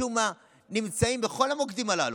משום מה נמצאים בכל המוקדים הללו.